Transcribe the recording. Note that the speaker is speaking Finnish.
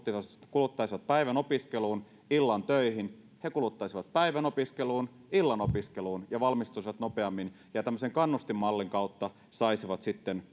kuluttaisivat päivän opiskeluun illan töihin he kuluttaisivat päivän opiskeluun ja illan opiskeluun ja valmistuisivat nopeammin tämmöisen kannustinmallin kautta he saisivat sitten